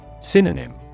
Synonym